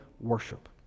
worship